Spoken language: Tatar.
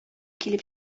килеп